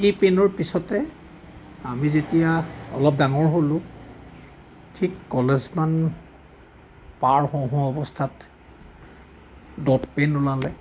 এই পেনৰ পিছতে আমি যেতিয়া অলপ ডাঙৰ হ'লোঁ ঠিক কলেজমান পাৰ হওঁ হওঁ অৱস্থাত দট পেন ওলালে